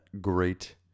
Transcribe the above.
great